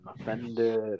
offended